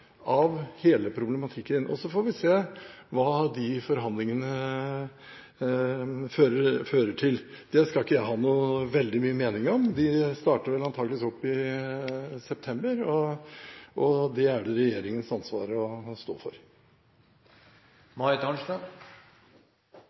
av hele problematikken. Så får vi se hva de forhandlingene fører til. Det skal ikke jeg ha noe veldig mye mening om. De starter vel antageligvis opp i september, og det er det regjeringens ansvar å stå for.